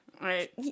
Right